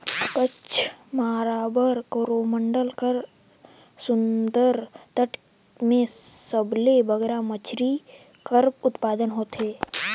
कच्छ, माराबार, कोरोमंडल कर समुंदर तट में सबले बगरा मछरी कर उत्पादन होथे